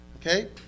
Okay